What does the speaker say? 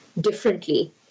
differently